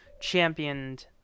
championed